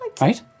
right